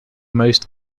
most